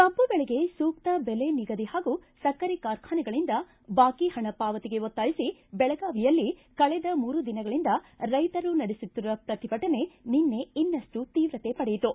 ಕಬ್ಬು ಬೆಳೆಗೆ ಸೂಕ್ತ ಬೆಲೆ ನಿಗದಿ ಹಾಗೂ ಸಕ್ಕರೆ ಕಾರ್ಖಾನೆಗಳಿಂದ ಬಾಕಿ ಹಣ ಪಾವತಿಗೆ ಒತ್ತಾಯಿಸಿ ಬೆಳಗಾವಿಯಲ್ಲಿ ಕಳೆದ ಮೂರು ದಿನಗಳಿಂದ ರೈತರು ನಡೆಸುತ್ತಿರುವ ಪ್ರತಿಭಟನೆ ನಿನ್ನೆ ಇನ್ನಷ್ಟು ತೀವ್ರತೆ ಪಡೆಯಿತು